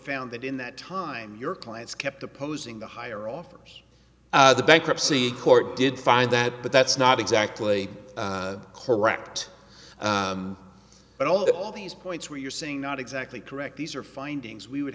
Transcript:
found that in that time your clients kept opposing the hire offers the bankruptcy court did find that but that's not exactly correct but all of these points where you're saying not exactly correct these are findings we would